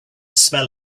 smell